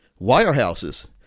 Wirehouses